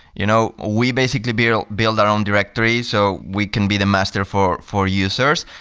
you know we basically build build our own directory. so we can be the master for for users.